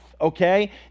okay